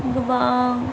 गोबां